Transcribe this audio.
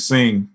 Sing